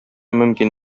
мөмкин